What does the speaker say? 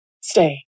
Stay